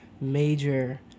major